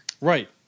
Right